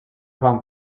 van